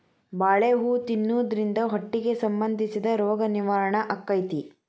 ಬಾಳೆ ಹೂ ತಿನ್ನುದ್ರಿಂದ ಹೊಟ್ಟಿಗೆ ಸಂಬಂಧಿಸಿದ ರೋಗ ನಿವಾರಣೆ ಅಕೈತಿ